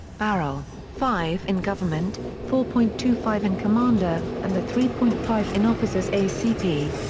barrel five in government, four point two five in commander, and the three point five in officer's acp.